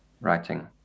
writing